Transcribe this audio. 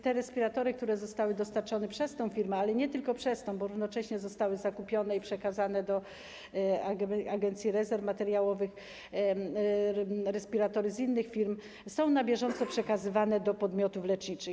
Te respiratory, które zostały dostarczone przez tę firmę, ale nie tylko przez nią, bo równocześnie zostały zakupione i przekazane do Agencji Rezerw Materiałowych respiratory z innych firm, są na bieżąco przekazywane do podmiotów leczniczych.